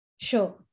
Sure